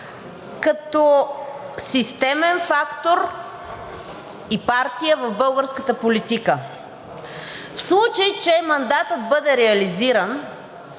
като системен фактор и партия в българската политика. В случай че мандатът бъде реализиран,